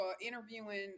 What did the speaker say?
interviewing